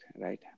right